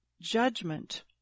judgment